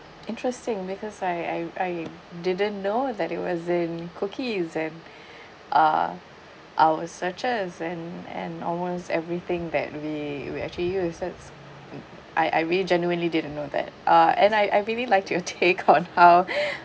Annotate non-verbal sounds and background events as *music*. interesting because I I I didn't know that it was in cookies and *breath* uh our searches and and almost everything that we we actually use is sets uh I I really genuinely didn't know that uh and I I really like your take on how *laughs*